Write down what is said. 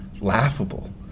laughable